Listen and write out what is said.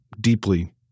deeply